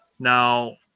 Now